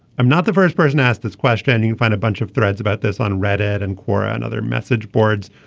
i'm not the first person ask this question do you find a bunch of threads about this on reddit and quora another message boards.